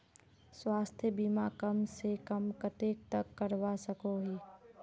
स्वास्थ्य बीमा कम से कम कतेक तक करवा सकोहो ही?